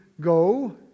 go